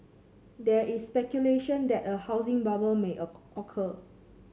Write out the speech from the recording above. there is speculation that a housing bubble may occur